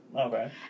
Okay